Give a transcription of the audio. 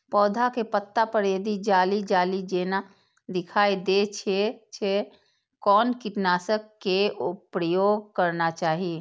पोधा के पत्ता पर यदि जाली जाली जेना दिखाई दै छै छै कोन कीटनाशक के प्रयोग करना चाही?